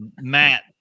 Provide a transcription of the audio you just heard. Matt